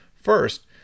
First